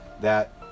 that